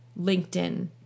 LinkedIn